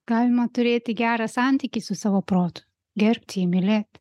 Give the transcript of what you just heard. galima turėti gerą santykį su savo protu gerbt jį mylėt